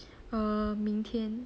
err 明天